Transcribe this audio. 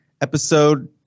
episode